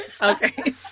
okay